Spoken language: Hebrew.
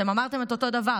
אתן אמרתם אותו דבר.